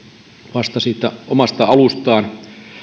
vasta siitä omasta alustaan